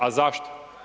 A zašto?